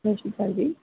ਸਤਿ ਸ੍ਰੀ ਅਕਾਲ ਜੀ